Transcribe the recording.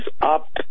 up